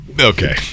okay